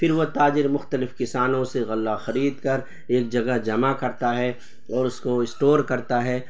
پھر وہ تاجر مخلتف کسانوں سے غلہ خرید کر ایک جگہ جمع کرتا ہے اور اس کو اسٹور کرتا ہے